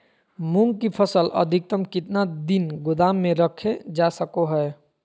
मूंग की फसल अधिकतम कितना दिन गोदाम में रखे जा सको हय?